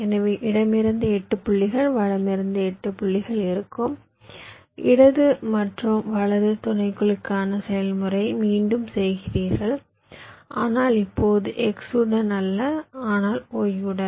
எனவே இடமிருந்து 8 புள்ளிகள் வலமிருந்து 8 புள்ளிகள் இருக்கும் இடது மற்றும் வலது துணைக்குழுக்களுக்கான செயல்முறையை மீண்டும் செய்கிறீர்கள் ஆனால் இப்போது x உடன் அல்ல ஆனால் y உடன்